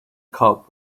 cop